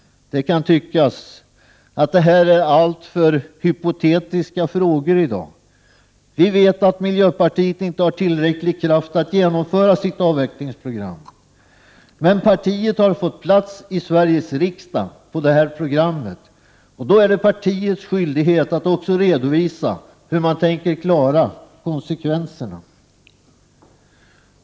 Det kan tyckas att detta är alltför hypotetiska frågor i dag. Vi vet att miljöpartiet inte har tillräcklig kraft att genomföra sitt avvecklingsprogram. Men partiet Prot. 1988/89:119 har fått plats i Sveriges riksdag med hjälp av detta program. Därför är det 23 maj 1989 partiets skyldighet att också redovisa hur man tänker klara konsekvenserna.